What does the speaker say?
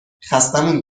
خستهمون